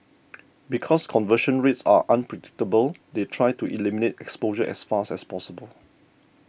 because conversion rates are unpredictable they try to eliminate exposure as fast as possible